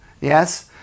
yes